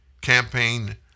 campaign